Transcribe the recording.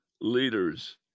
leaders